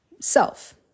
self